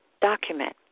document